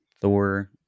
Thor